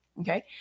Okay